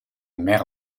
mer